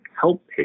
help